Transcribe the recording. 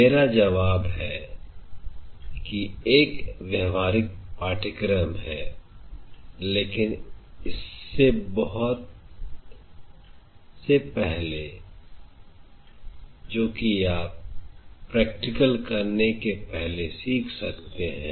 मेरा जवाब है कि एक व्यवहारिक पाठ्यक्रम है लेकिन इसके बहुत से पहले हैं जो कि आप practical करने के पहले सीख सकते हैं